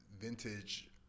vintage